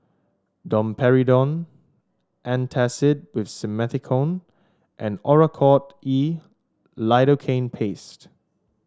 Domperidone Antacid with Simethicone and Oracort E Lidocaine Paste